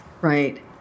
Right